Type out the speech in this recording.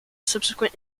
subsequent